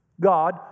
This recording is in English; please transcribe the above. God